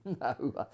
no